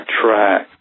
track